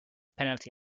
penalty